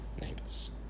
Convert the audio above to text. neighbors